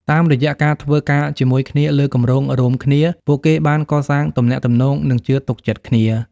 តាមរយៈការធ្វើការជាមួយគ្នាលើគម្រោងរួមគ្នា ពួកគេបានកសាងទំនាក់ទំនងនិងជឿទុកចិត្តគ្នា។